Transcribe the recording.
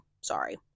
Sorry